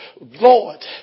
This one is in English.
Lord